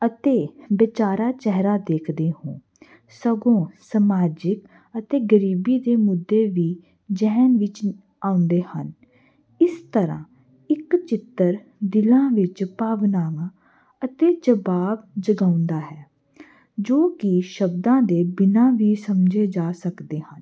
ਅਤੇ ਬੇਚਾਰਾ ਚਿਹਰਾ ਦੇਖਦੇ ਹੋ ਸਗੋਂ ਸਮਾਜਿਕ ਅਤੇ ਗਰੀਬੀ ਦੇ ਮੁੱਦੇ ਵੀ ਜ਼ਿਹਨ ਵਿੱਚ ਆਉਂਦੇ ਹਨ ਇਸ ਤਰ੍ਹਾਂ ਇੱਕ ਚਿੱਤਰ ਦਿਲਾਂ ਵਿੱਚ ਭਾਵਨਾਵਾਂ ਅਤੇ ਜਵਾਬ ਜਗਾਉਂਦਾ ਹੈ ਜੋ ਕਿ ਸ਼ਬਦਾਂ ਦੇ ਬਿਨਾ ਵੀ ਸਮਝੇ ਜਾ ਸਕਦੇ ਹਨ